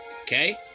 okay